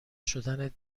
شدن